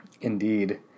Indeed